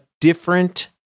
different